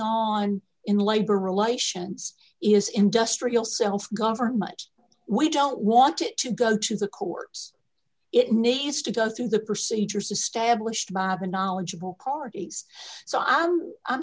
on in labor relations is industrial self governed much we don't want it to go to the courts it needs to go through the procedures established maava knowledgeable cortis so i am i'm